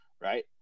Right